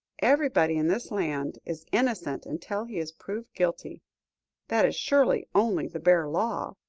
everybody in this land is innocent until he is proved guilty that is surely only the bare law,